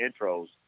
intros